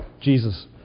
Jesus